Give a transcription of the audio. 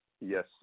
yes